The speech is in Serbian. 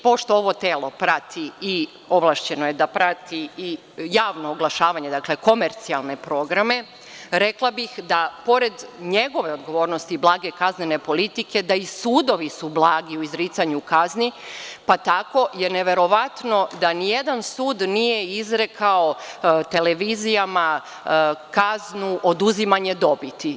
Pošto ovo telo prati i ovlašćeno je da prati i javno oglašavanje, dakle, komercijalne programe, pored njegove odgovornosti i blage kaznene politike, rekla bih da su i sudovi blagi u izricanju kazni, pa tako je neverovatno da nijedan sud nije izrekao televizijama kaznu oduzimanje dobiti.